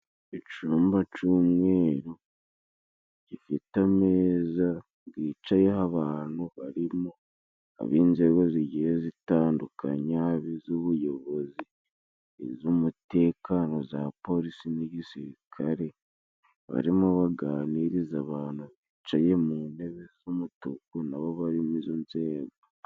Icumba c'umweru gifite ameza gicayeho abantu barimo ab'inzego zigiye zitandukanye ari iz'ubuyobozi iz'umutekano za polisi n'igisirikare barimo baganiriza abantu bicaye mu ntebe z'umutuku nabo barimo izo nzego.